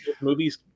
movies